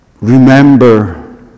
remember